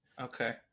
Okay